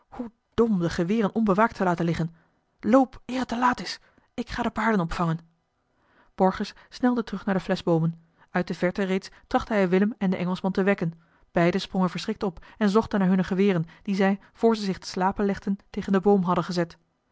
dom de geweren onbewaakt te laten liggen loop eer het laat is ik ga de paarden opvangen borgers snelde terug naar de fleschboomen uit de verte reeds trachtte hij willem en den engelschman te wekken beiden sprongen verschrikt op en zochten naar hunne geweren die zij vr ze zich te slapen legden tegen den boom hadden gezet